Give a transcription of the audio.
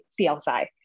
CLSI